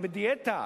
הם בדיאטה,